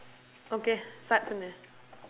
okay start from there